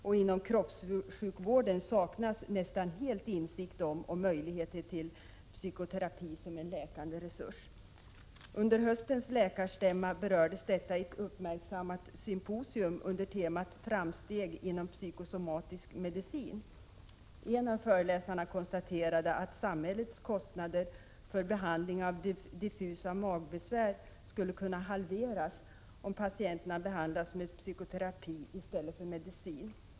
Och inom kroppssjukvården saknas nästan helt insikt om och möjligheter till psykoterapi som en läkande resurs. Under höstens läkarstämma berördes detta i ett uppmärksammat symposium under temat Framsteg inom psykosomatisk medicin. En av föreläsarna konstaterade att samhällets kostnader för behandling av diffusa magbesvär skulle kunna halveras om patienterna behandlades med psykoterapi i stället för medicin.